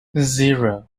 zero